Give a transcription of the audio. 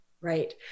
Right